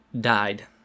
died